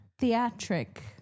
Theatric